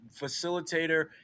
facilitator